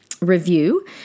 review